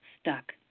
Stuck